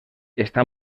està